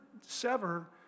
sever